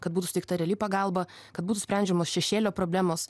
kad būtų suteikta reali pagalba kad būtų sprendžiamos šešėlio problemos